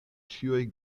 ĉiuj